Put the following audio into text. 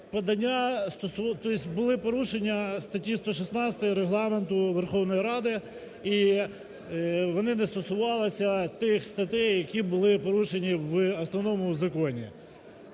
були порушення статті 116 Регламенту Верховної Ради, і вони не стосувалися тих статей, які були порушені в основному законі.